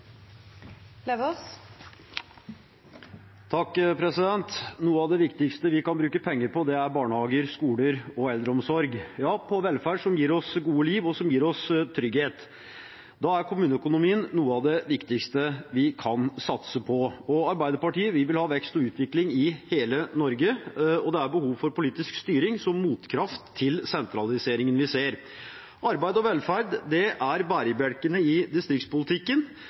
barnehager, skoler og eldreomsorg – ja, på velferd som gir oss et godt liv og trygghet. Da er kommuneøkonomien noe av det viktigste vi kan satse på. Arbeiderpartiet vil ha vekst og utvikling i hele Norge, og det er behov for politisk styring som en motkraft til sentraliseringen vi ser. Arbeid og velferd er bærebjelkene i distriktspolitikken,